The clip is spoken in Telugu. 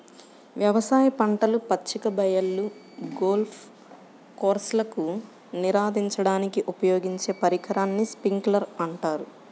వ్యవసాయ పంటలు, పచ్చిక బయళ్ళు, గోల్ఫ్ కోర్స్లకు నీరందించడానికి ఉపయోగించే పరికరాన్ని స్ప్రింక్లర్ అంటారు